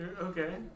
Okay